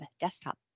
desktop